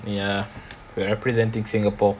ya we're representing singapore